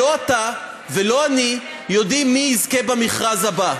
שלא אתה ולא אני יודעים מי יזכה במכרז הבא.